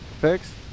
Fix